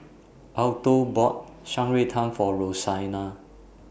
Alto bought Shan Rui Tang For Roseanna